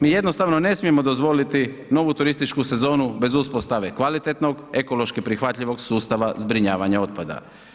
Mi jednostavno ne smijemo dozvoliti novu turističku sezonu bez uspostave kvalitetnog, ekološki prihvatljivog sustava zbrinjavanja otpada.